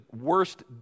worst